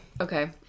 Okay